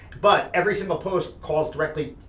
but every single post calls directly,